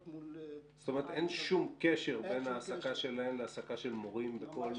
זאת אומרת שאין שום קשר בין ההעסקה שלהם לבין ההעסקה של מורים בכול